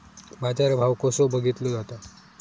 बाजार भाव कसो बघीतलो जाता?